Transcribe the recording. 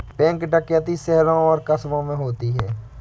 bank डकैती शहरों और कस्बों में होती है